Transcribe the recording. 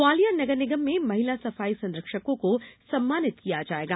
ग्वालियर नगरनिगम में महिला सफाई संरक्षकों को सम्मानित किया जायेगा